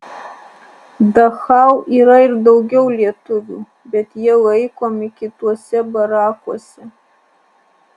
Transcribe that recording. dachau yra ir daugiau lietuvių bet jie laikomi kituose barakuose